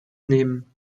nehmen